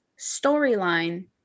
Storyline